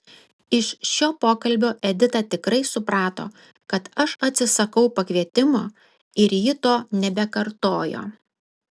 iš šio pokalbio edita tikrai suprato kad aš atsisakau pakvietimo ir ji to nebekartojo